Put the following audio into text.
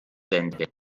ende